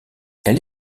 elle